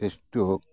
stock